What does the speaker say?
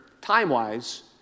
time-wise